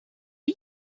you